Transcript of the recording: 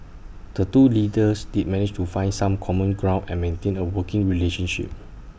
the two leaders did manage to find some common ground and maintain A working relationship